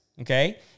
okay